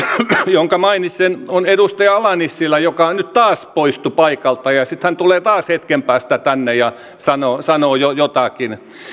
jonka mainitsen on edustaja ala nissilä joka nyt taas poistui paikalta ja sitten hän tulee taas hetken päästä tänne ja sanoo sanoo jotakin